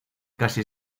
casi